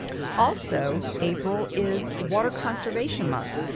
also, april is water conservation month.